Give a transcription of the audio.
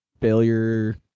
failure